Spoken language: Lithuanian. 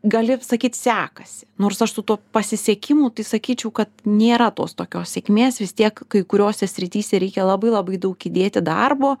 gali sakyt sekasi nors aš su tuo pasisekimu tai sakyčiau kad nėra tos tokios sėkmės vis tiek kai kuriose srityse reikia labai labai daug įdėti darbo